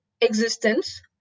existence